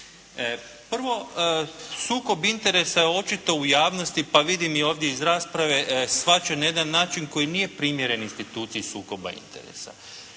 Prvo, sukob interesa je očito u javnosti, pa vidim i ovdje iz rasprave shvaćen na jedan način koji nije primjeren instituciji sukoba interesa.